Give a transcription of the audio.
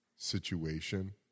situation